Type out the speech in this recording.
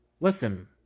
Listen